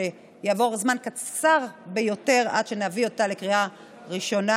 אלא שיעבור זמן קצר ביותר עד שנביא אותה לקריאה ראשונה,